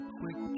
quick